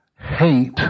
hate